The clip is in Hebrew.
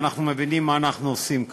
ואנחנו מבינים מה אנחנו עושים כאן.